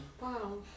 Wow